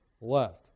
left